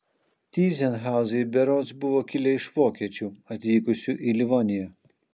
tyzenhauzai berods buvo kilę iš vokiečių atvykusių į livoniją